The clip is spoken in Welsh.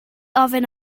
ofyn